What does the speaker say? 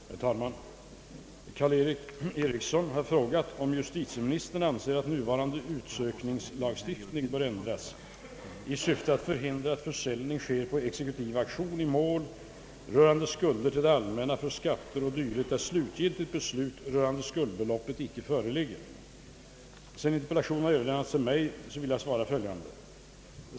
Herr talman! Herr Karl-Erik Eriksson har frågat om justitieministern anser att nuvarande utsökningslagstiftning bör ändras i syfte att förhindra att försäljning sker på exekutiv auktion i mål rörande skulder till det allmänna för skatter o. d. där slutgiltigt beslut rörande skuldbeloppet inte föreligger. Sedan interpellationen överlämnats till mig får jag svara följande.